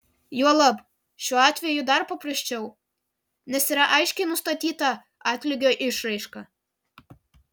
juolab šiuo atveju dar paprasčiau nes yra aiškiai nustatyta atlygio išraiška